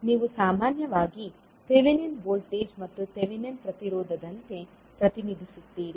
ನೀವು ಸಾಮಾನ್ಯವಾಗಿ Thevenin voltage ಮತ್ತು ಥೆವೆನಿನ್ ಪ್ರತಿರೋಧದಂತೆ ಪ್ರತಿನಿಧಿಸುತ್ತೀರಿ